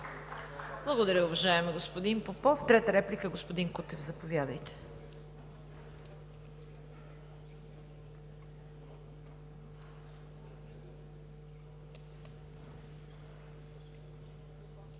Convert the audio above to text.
Благодаря, уважаеми господин Попов! Трета реплика – господин Кутев, заповядайте.